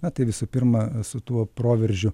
na tai visų pirma esu tuo proveržiu